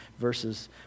verses